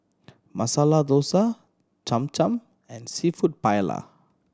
Masala Dosa Cham Cham and Seafood Paella